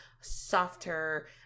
softer